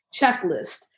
checklist